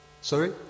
Sorry